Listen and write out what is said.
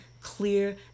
clear